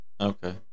Okay